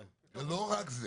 ולא רק זה